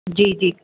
जी जी